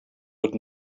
would